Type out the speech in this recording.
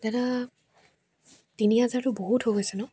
দাদা তিনি হাজাৰটো বহুত হৈ গৈছে নহ্